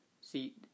See